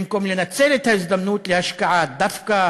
במקום לנצל את ההזדמנות להשקעה דווקא